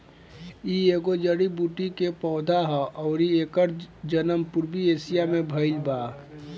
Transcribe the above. इ एगो जड़ी बूटी के पौधा हा अउरी एकर जनम पूर्वी एशिया में भयल बावे